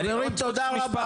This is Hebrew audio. חברים תודה רבה.